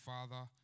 Father